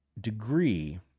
degree